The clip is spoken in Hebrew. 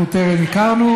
אנחנו טרם הכרנו,